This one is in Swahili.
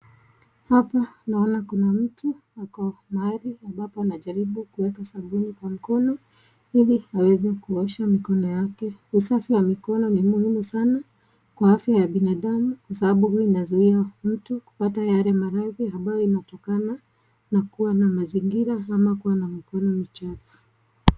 Hapa naona kuna mtu ako mahali ambapo anajaribu kueka sabuni kwa mkono ili aweze kuosha mikono yake. Usafi wa mikono ni muhimu sana kwa afya ya bindandamu kwa sababu hua inazuia mtu kupata yale maradhi ambayo inatokana na kuwa na mazingira ama kuwa na mkono michafu.